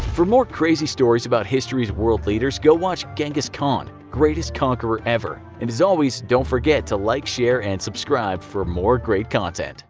for more crazy stories about history's world leaders go watch genghis khan greatest conqueror ever and as always don't forget to like, share, and subscribe for more great content!